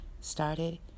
started